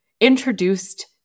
introduced